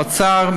האוצר,